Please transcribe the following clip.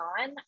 on